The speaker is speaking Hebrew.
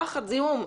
וואחד זיהום,